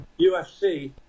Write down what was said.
UFC